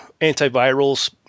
antivirals